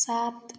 सात